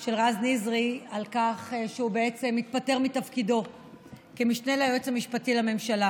של רז נזרי על כך שהוא בעצם מתפטר מתפקידו כמשנה ליועץ המשפטי לממשלה.